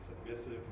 submissive